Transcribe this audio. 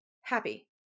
happy